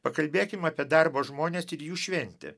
pakalbėkim apie darbo žmones ir jų šventę